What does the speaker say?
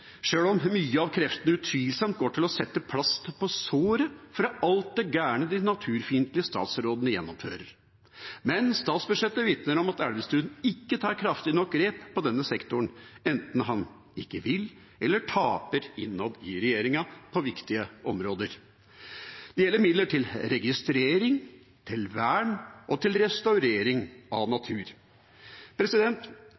sjøl om mye av kreftene utvilsomt går til å sette plaster på såret for alt det gærne de naturfiendtlige statsrådene gjennomfører. Men statsbudsjettet vitner om at Elvestuen ikke tar kraftig nok grep på denne sektoren, enten fordi han ikke vil, eller fordi han taper innad i regjeringa på viktige områder. Det gjelder midler til registrering, til vern og til restaurering av